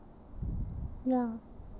ya